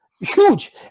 huge